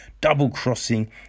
double-crossing